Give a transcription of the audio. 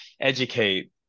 educate